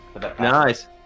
Nice